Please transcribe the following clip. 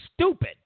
stupid